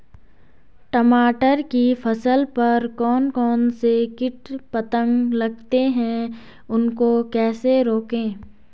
टमाटर की फसल पर कौन कौन से कीट पतंग लगते हैं उनको कैसे रोकें?